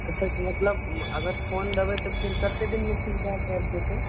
अच्छा मतलब अगर फोन देबै तऽ फेर कते दिनमे ठीक भऽ कऽ आबि जेतै